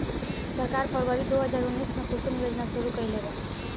सरकार फ़रवरी दो हज़ार उन्नीस में कुसुम योजना शुरू कईलेबा